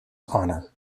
honor